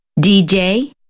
DJ